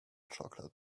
chocolate